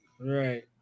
Right